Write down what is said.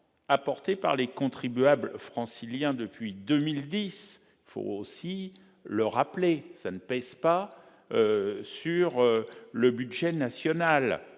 apportées par les contribuables franciliens depuis 2010- il faut rappeler que cela ne pèse pas sur le budget national